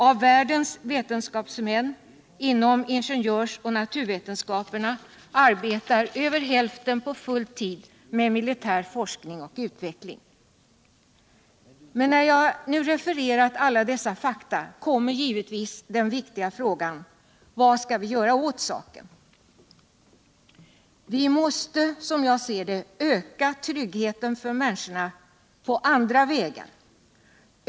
Av världens vetenskapsmän inom ingenjörs och naturvetenskaperna arbetar över hälften på full vid med militär forskning och utveckling. När jag nu refererat alla dessa fakta kommer givetvis den viktiga frågan: Vad skall vi göra åt saken? Vi måste. som jag ser det, öka tryggheten för människorna på andra vägar.